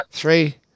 Three